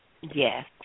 Yes